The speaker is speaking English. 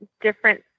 different